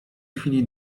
chwili